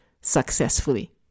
successfully